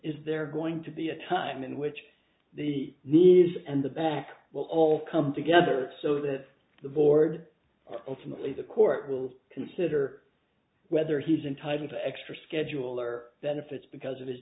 is there going to be a time in which the knees and the back will all come together so that the board the court will consider whether he's entitled to extra schedule or benefits because of his